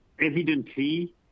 Evidently